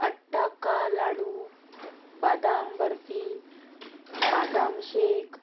अट्टा का लाडू बादाम बर्फी बादाम शेक